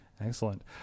excellent